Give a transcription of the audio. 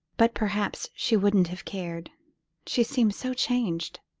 but perhaps she wouldn't have cared she seems so changed.